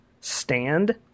stand